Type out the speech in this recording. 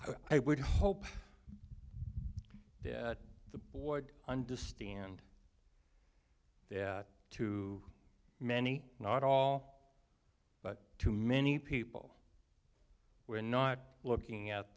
i would hope the board understand that too many not all but too many people we're not looking at